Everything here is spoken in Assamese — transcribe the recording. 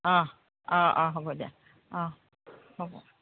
অঁ অঁ অঁ হ'ব দিয়া অঁ হ'ব